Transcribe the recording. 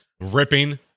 ripping